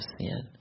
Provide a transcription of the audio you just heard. sin